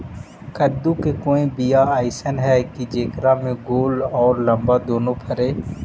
कददु के कोइ बियाह अइसन है कि जेकरा में गोल औ लमबा दोनो फरे?